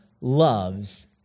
loves